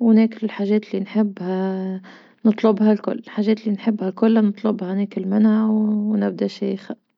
وناكل الحاجات اللي نحبها نطلبها الكل الحاجات اللي نحبها كلنا نطلبها ناكل منها ونبدا شايخة.